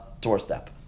doorstep